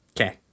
Okay